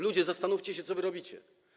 Ludzie, zastanówcie się, co wy robicie.